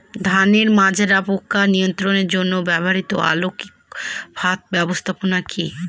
ধানের মাজরা পোকা নিয়ন্ত্রণের জন্য ব্যবহৃত আলোক ফাঁদ ব্যবস্থাপনা কি?